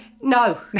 no